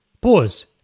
Pause